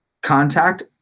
contact